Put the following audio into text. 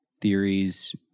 theories